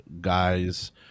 guys